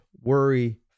worry